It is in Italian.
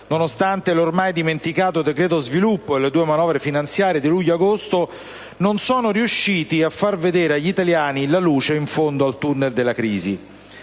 nonostante l'ormai superato decreto sviluppo e le due manovre finanziarie di luglio e di agosto), non sono riusciti a far vedere agli italiani la luce in fondo al tunnel della crisi.